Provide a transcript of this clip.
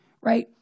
right